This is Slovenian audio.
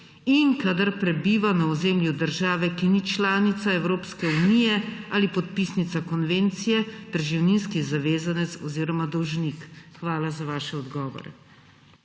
in kadar prebiva na ozemlju države, ki ni članica Evropske unije ali podpisnica konvencije, preživninski zavezanec oziroma dolžnik? Hvala za vaše odgovore.